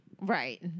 Right